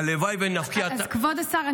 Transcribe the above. הלוואי שנפקיע את --- אז כבוד השר,